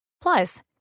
plus